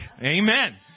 Amen